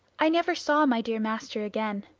i never saw my dear master again.